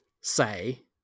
say